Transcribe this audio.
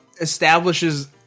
establishes